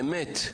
באמת,